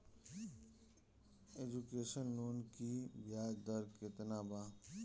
Education loan की ब्याज दर केतना बा?